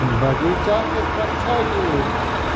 बगीचाके सुरक्षाके लिए